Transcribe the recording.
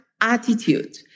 attitude